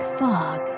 fog